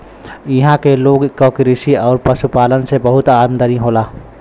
इहां के लोग क कृषि आउर पशुपालन से बहुत आमदनी होला